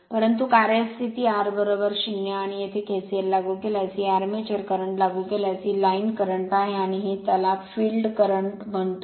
परंतु कार्यरत स्थिती r 0 आणि येथे KCL लागू केल्यास ही आर्मेचर करंट लागू केल्यास ही लाईन करंट आहे आणि हे त्याला फिल्ड करंट म्हणतो